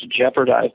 jeopardize